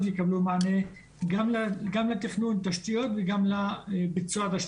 ויקבלו מענה גם לתכנון התשתיות וגם בהמשך לביצוען.